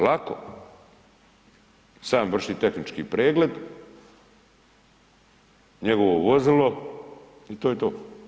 Lako, sam vrši tehnički pregled, njegovo vozilo i to je to.